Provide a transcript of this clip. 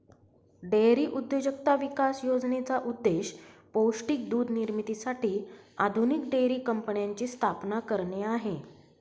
dairy उद्योजकता विकास योजनेचा उद्देश पौष्टिक दूध निर्मितीसाठी आधुनिक डेअरी कंपन्यांची स्थापना करणे आहे